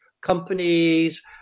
companies